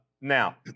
Now